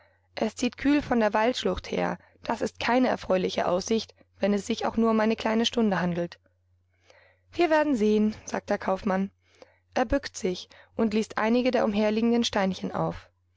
es zieht kühl von der waldschlucht her das ist keine erfreuliche aussicht wenn es sich auch nur um eine kleine stunde handelt wir werden sehen sagt der kaufmann er bückt sich und liest einige der umherliegenden steinchen auf